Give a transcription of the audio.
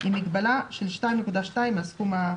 עם מגבלה של 2.2 מהסכום.